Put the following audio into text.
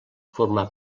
formà